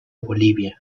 bolivia